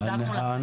חזרנו לחיים.